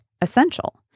essential